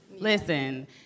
Listen